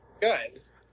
guys